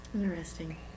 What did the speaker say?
Interesting